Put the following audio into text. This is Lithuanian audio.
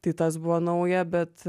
tai tas buvo nauja bet